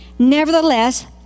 Nevertheless